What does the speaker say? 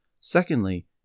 Secondly